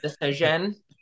decision